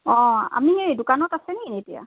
অঁ আপুনি দোকানত আছেনি এতিয়া